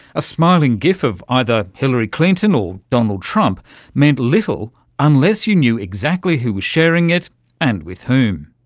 a smiling gif of either hilary clinton or donald trump meant little unless you knew exactly who was sharing it and with whom.